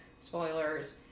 spoilers